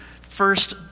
first